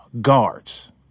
guards